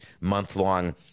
month-long